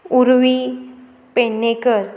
Urvi Pednekar